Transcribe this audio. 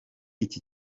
iki